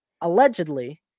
allegedly